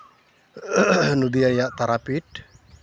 ᱱᱚᱫᱤᱭᱟ ᱨᱮᱱᱟᱜ ᱛᱟᱨᱟᱯᱤᱴ